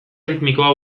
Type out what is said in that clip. erritmikoa